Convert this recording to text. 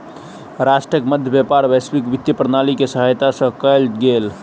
राष्ट्रक मध्य व्यापार वैश्विक वित्तीय प्रणाली के सहायता से कयल गेल